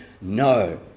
No